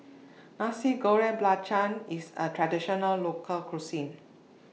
Nasi Goreng Belacan IS A Traditional Local Cuisine